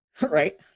Right